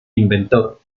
inventor